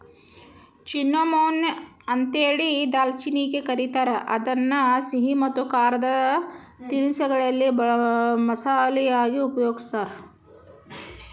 cinnamon ಅಂತೇಳಿ ದಾಲ್ಚಿನ್ನಿಗೆ ಕರೇತಾರ, ಇದನ್ನ ಸಿಹಿ ಮತ್ತ ಖಾರದ ತಿನಿಸಗಳಲ್ಲಿ ಮಸಾಲಿ ಯಾಗಿ ಉಪಯೋಗಸ್ತಾರ